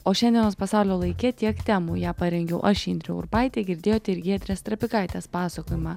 o šiandienos pasaulio laike tiek temų ją parengiau aš indrė urbaitė girdėjote ir giedrės trapikaitės pasakojimą